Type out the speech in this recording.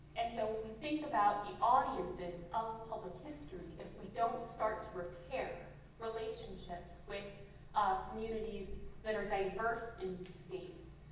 and so we think about the audiences of public history, if we don't start to repair relationships with communities that are diverse in the states,